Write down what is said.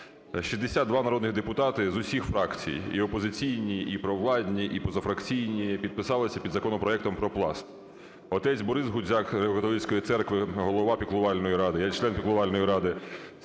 62 народні депутати з усіх фракцій: і опозиційні, і провладні, і позафракційні – підписалися під законопроектом про Пласт. Отець Борис Ґудзяк, католицької церкви, голова піклувальної ради, я член піклувальної ради,